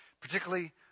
particularly